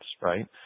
right